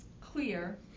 clear